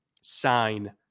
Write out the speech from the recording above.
sign